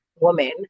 woman